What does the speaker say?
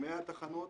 מהתחנות